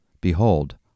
Behold